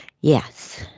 Yes